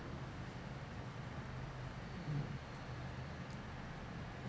mm